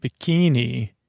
Bikini